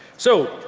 so,